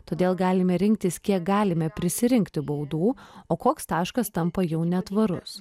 todėl galime rinktis kiek galime prisirinkti baudų o koks taškas tampa jau netvarus